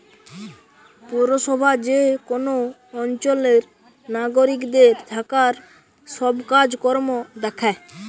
পৌরসভা যে কোন অঞ্চলের নাগরিকদের থাকার সব কাজ কর্ম দ্যাখে